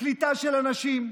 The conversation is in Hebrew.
קליטה של אנשים,